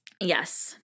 Yes